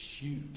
shoot